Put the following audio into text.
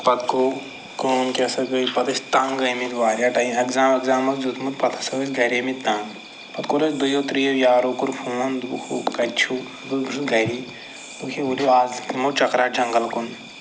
پَتہٕ گوٚو کٲم کیٛاہ سا گٔے پَتہٕ ٲسۍ تَنٛگ آمٕتۍ واریاہ ایٚکزام ویٚکزام اوس دیُتمُت پَتہٕ ہسا ٲسۍ گرِ آمٕتۍ تَنٛگ پَتہٕ کوٚر اَسہِ دۅیو ترٛیٚیو یارو کوٚر ف ون دوٚپُکھ ہُو کَتہِ چھِو دوٚپُس بہٕ چھُس گرِی دوٚپُکھ ؤتھِو اَز دِمو چَکرا جنگل کُن